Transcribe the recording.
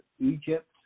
Egypt